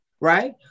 Right